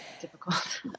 difficult